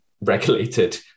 regulated